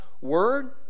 word